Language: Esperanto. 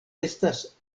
estas